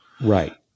right